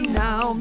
now